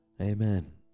Amen